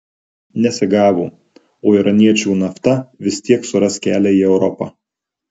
nesigavo o iraniečių nafta vis tiek suras kelią į europą